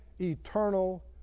eternal